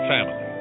Family